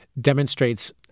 demonstrates